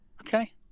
Okay